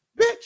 Bitch